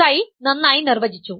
Ψ നന്നായി നിർവചിച്ചു